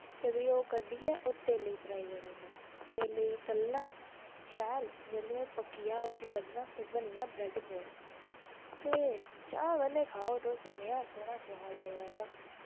ते फ्ही ओह् कड्डियै ओह् तेले च फराई करी ओड़ना तेले च तलना शैल जैल्लूं ओह् पक्किया उस्सी कड्डना ते बनिया ब्रैड पकौड़ा ते चा कन्नै खाओ तुस नेआ सोह्ना स्वाद लगदा ओह्दा